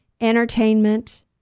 entertainment